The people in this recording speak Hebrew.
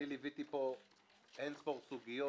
ליווינו פה בוועדת הכספים אין ספור סוגיות.